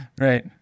Right